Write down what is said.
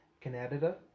Canada